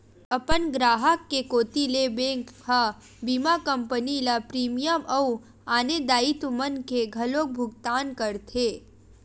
अपन गराहक के कोती ले बेंक ह बीमा कंपनी ल प्रीमियम अउ आने दायित्व मन के घलोक भुकतान करथे